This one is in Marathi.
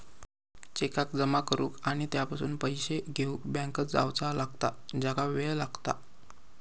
चेकाक जमा करुक आणि त्यापासून पैशे घेउक बँकेत जावचा लागता ज्याका वेळ लागता